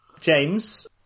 James